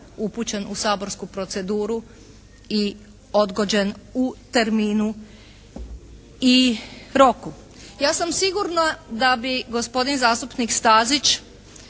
upućen u saborsku proceduru i odgođen u terminu i roku. Ja sam sigurna da bi gospodin zastupnik Stazić